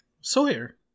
Sawyer